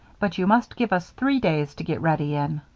but you must give us three days to get ready in.